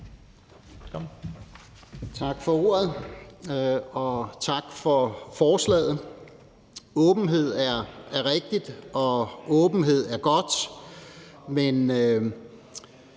Tak for ordet, og tak for forslaget. Åbenhed er rigtigt, og åbenhed er godt,